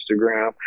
Instagram